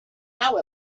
how